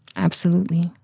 absolutely.